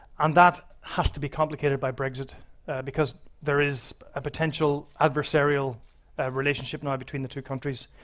um that has to be complicated by brexit because there is a potential adversarial ah relationship now between the two countries.